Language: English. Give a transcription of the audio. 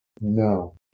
No